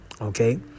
okay